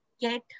get